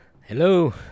Hello